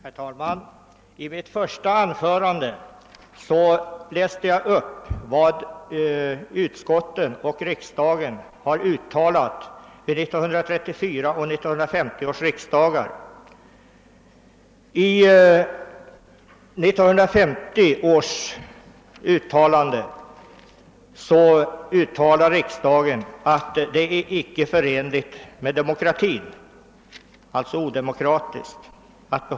Herr talman! I mitt första anförande läste jag upp vad utskottets majoritet uttalade vid 1934 och 1950 års riksdagar. Riksdagen förklarade 1950 att kollektivanslutningen inte är förenlig med demokrati; den är alltså odemokratisk.